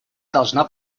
должна